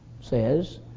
says